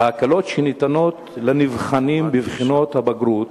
שניתנות לנבחנים בבחינות הבגרות.